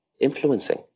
influencing